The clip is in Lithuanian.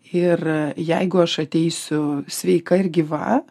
ir jeigu aš ateisiu sveika ir gyva